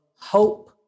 hope